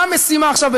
המשימה עכשיו,